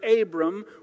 Abram